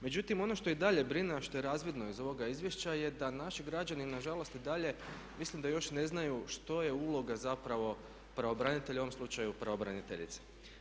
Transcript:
Međutim, ono što i dalje brine a što je razvidno iz ovoga izvješća je da naši građani nažalost i dalje mislim da još ne znaju što je uloga zapravo pravobranitelja, u ovom slučaju pravobraniteljice.